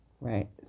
right